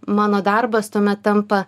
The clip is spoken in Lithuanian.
mano darbas tuomet tampa